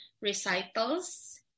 recitals